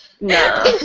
No